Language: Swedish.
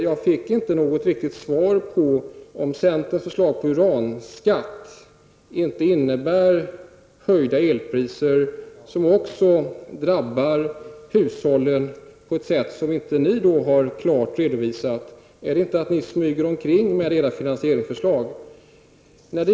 Jag fick inte något riktigt svar på min fråga om centerns förslag om uranskatt innebär höjda elpriser, något som också drabbar hushållen på ett sätt som ni inte har klart redovisat. Är det inte så, att ni smyger med era finansieringsförslag?